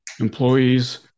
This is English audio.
employees